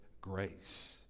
grace